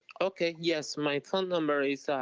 okay, yes, my phone number is.